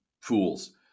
fools